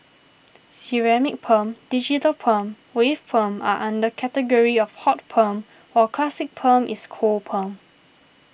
ceramic perm digital perm wave perm are under category of hot perm while classic perm is cold perm